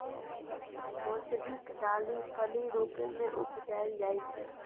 मौसरीक दालि फली रुपेँ उपजाएल जाइ छै